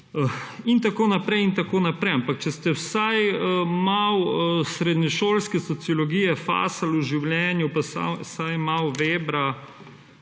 in tako naprej in tako naprej. Ampak če ste vsaj malo srednješolske sociologije fasali v življenju, pa vsaj malo Webra,